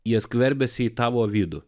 jie skverbiasi į tavo vidų